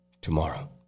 tomorrow